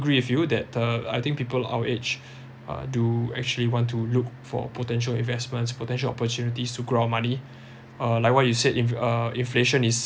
agree with you that uh I think people our age uh do actually want to look for potential investments potential opportunities to grow our money uh like what you said in~ uh inflation is